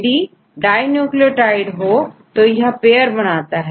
यदि dinucleotide हो तो यह पेयर बनाता है